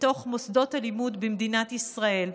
בתוך מוסדות הלימוד במדינת ישראל: